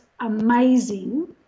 amazing